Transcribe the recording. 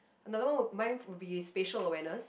another one mine would be spatial awareness